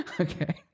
Okay